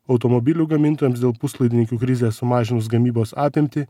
automobilių gamintojams dėl puslaidininkių krizę sumažinus gamybos apimtį